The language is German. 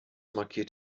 markiert